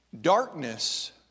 darkness